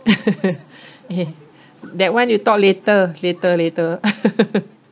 that [one] you talk later later later